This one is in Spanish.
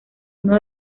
uno